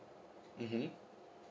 mmhmm